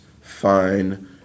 Fine